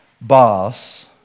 boss